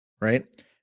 right